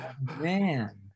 Man